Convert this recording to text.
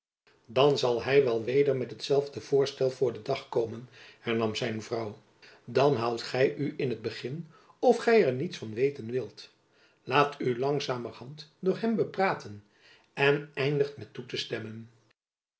dan zal hy wel weder met hetzelfde voorstel voor den dag komen hernam zijn vrouw dan houdt gy u in t begin of gy er niets van weten wilt laat u langzamerhand door hem bepraten en eindigt met toe te stemmen